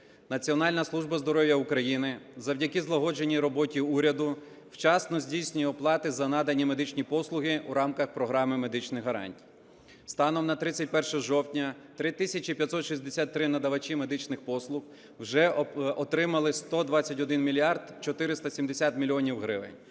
Національна служба здоров'я України завдяки злагодженій роботі уряду вчасно здійснює оплати за надані медичні послуги у рамках програми медичних гарантій. Станом на 31 жовтня 3 тисячі 563 надавачі медичних послуг вже отримали 121 мільярд 470 мільйонів